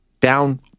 Down